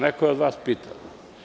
Neko je od vas pitao.